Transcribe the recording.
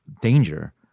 danger